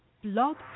blog